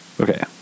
Okay